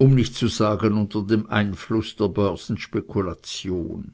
um nicht zu sagen unter dem einfluß der börsenspekulation